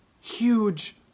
huge